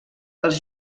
els